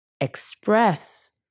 express